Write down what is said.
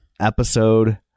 episode